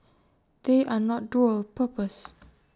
they are not dual purpose